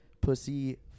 Pussy